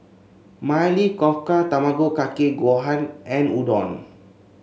Maili Kofta Tamago Kake Gohan and Udon